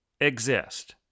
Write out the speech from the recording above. exist